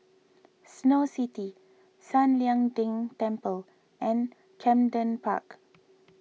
Snow City San Lian Deng Temple and Camden Park